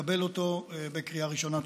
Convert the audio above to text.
חבר הכנסת ישראל אייכלר,